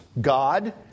God